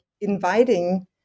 inviting